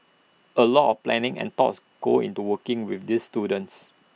A lot of planning and thoughts goes into working with these students